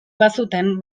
bazuten